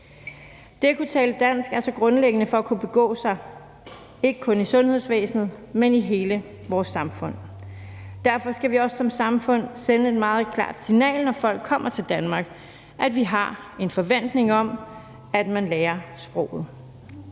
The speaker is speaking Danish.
Det at kunne tale dansk er så grundlæggende for at kunne begå sig, ikke kun i sundhedsvæsenet, men i hele vores samfund. Derfor skal vi også som samfund, når folk kommer til Danmark, sende det meget klare signal, at vi har en forventning om, at man lærer sproget.